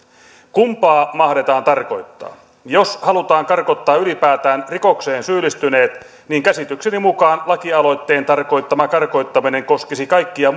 kumpaa mahdetaan tarkoittaa jos halutaan karkottaa ylipäätään rikokseen syyllistyneet niin käsitykseni mukaan lakialoitteen tarkoittama karkottaminen koskisi kaikkia